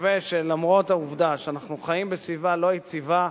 נקווה שלמרות העובדה שאנחנו חיים בסביבה לא יציבה,